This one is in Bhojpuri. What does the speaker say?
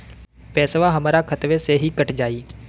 पेसावा हमरा खतवे से ही कट जाई?